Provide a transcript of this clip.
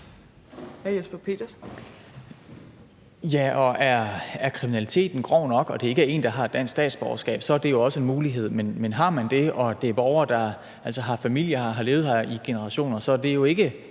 (S): Er kriminaliteten grov nok, og er det ikke en, der har dansk statsborgerskab, så er det jo også en mulighed, men har man det, og er det borgere, der har familie her og har levet her i generationer, så ligger det jo ikke